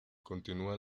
continúa